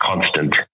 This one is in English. constant